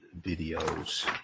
videos